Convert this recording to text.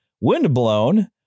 Windblown